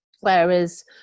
Whereas